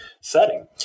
setting